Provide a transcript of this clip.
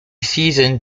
season